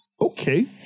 okay